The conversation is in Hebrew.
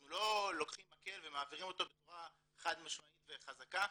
אנחנו לא לוקחים מקל ומעבירים אותו בצורה חד משמעית וחזקה,